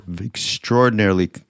extraordinarily